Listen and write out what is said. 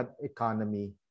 economy